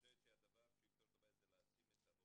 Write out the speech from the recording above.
חושבת שהדבר שיותר טוב היה זה להעצים את ההורים?